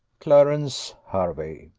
clarence hervey.